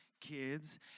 kids